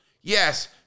yes